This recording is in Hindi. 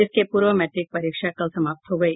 इसके पूर्व मैट्रिक परीक्षा कल समाप्त हो गयी